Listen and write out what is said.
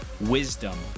wisdom